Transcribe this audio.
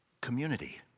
community